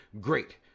great